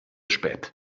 spät